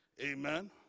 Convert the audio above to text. Amen